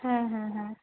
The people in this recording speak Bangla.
হ্যাঁ হ্যাঁ হ্যাঁ